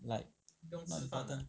like my~